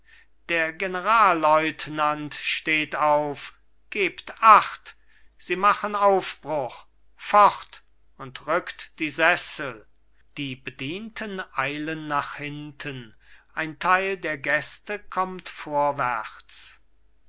da generalleutenant steht auf gebt acht sie machen aufbruch fort und rückt die sessel die bedienten eilen nach hinten ein teil der gäste kommt vorwärts